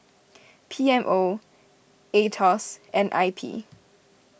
P M O Aetos and I P